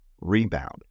rebound